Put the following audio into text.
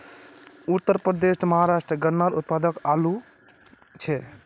उत्तरप्रदेश, महाराष्ट्र गन्नार उत्पादनोत आगू छे